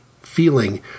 feeling